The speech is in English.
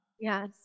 Yes